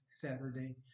Saturday